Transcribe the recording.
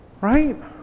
Right